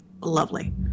lovely